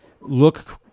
look